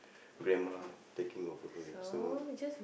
grandma taking over her so